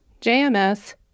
JMS